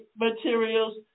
materials